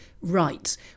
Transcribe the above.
rights